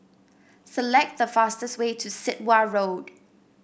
select the fastest way to Sit Wah Road